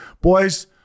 boys